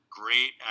great